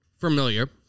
familiar